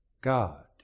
God